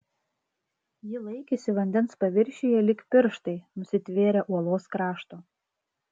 ji laikėsi vandens paviršiuje lyg pirštai nusitvėrę uolos krašto